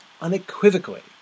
unequivocally